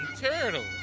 turtles